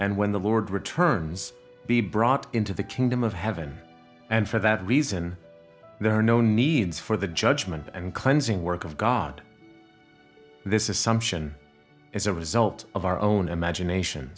and when the lord returns be brought into the kingdom of heaven and for that reason there are no needs for the judgment and cleansing work of god this is sumption as a result of our own imagination